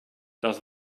das